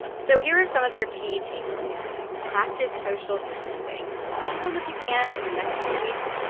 so here are some of your key takeaways. practice social distancing. stay home if you can in the next two weeks.